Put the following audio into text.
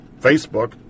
Facebook